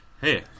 Hey